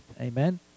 amen